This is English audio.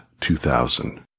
2000